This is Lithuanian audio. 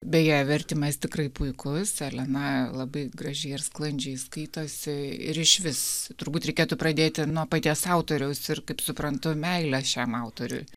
beje vertimas tikrai puikus elena labai gražiai ir sklandžiai skaitosi ir išvis turbūt reikėtų pradėti nuo paties autoriaus ir kaip suprantu meilės šiam autoriui